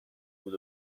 بود